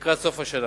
לקראת סוף השנה.